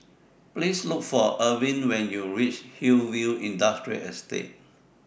Please Look For Irvin when YOU REACH Hillview Industrial Estate